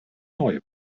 neue